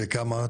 בכמה?